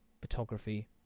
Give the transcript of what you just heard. photography